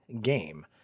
game